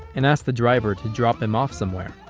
and ask the driver to drop him off somewhere.